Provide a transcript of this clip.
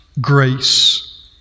grace